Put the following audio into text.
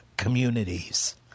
Communities